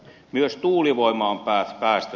myös tuulivoima on päästötöntä